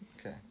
Okay